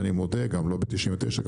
אני מודה גם ללובי 99,